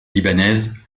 libanaise